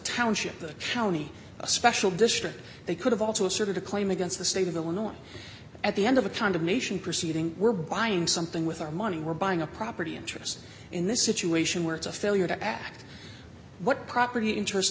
township the county a special district they could have also asserted a claim against the state of illinois at the end of a condemnation proceeding we're buying something with our money we're buying a property interest in this situation where it's a failure to act what property interest